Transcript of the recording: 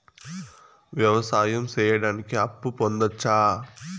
వ్యవసాయం సేయడానికి అప్పు పొందొచ్చా?